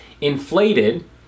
inflated